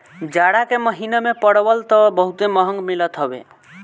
जाड़ा के महिना में परवल तअ बहुते महंग मिलत हवे